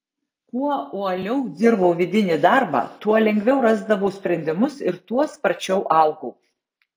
kuo uoliau dirbau vidinį darbą tuo lengviau rasdavau sprendimus ir tuo sparčiau augau